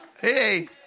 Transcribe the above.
Hey